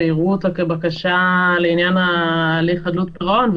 שייראו אותה כבקשה לעניין הליך חדלות פירעון,